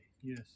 Yes